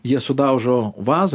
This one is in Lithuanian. jie sudaužo vazą